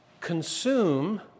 Consume